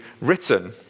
written